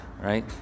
right